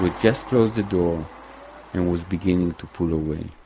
just closed the door, and was beginning to pull away